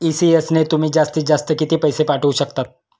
ECS ने तुम्ही जास्तीत जास्त किती पैसे पाठवू शकतात?